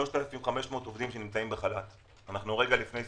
3,500 עובדים שנמצאים בחל"ת עד יוני.